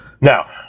Now